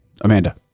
Amanda